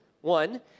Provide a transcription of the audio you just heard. one